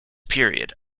period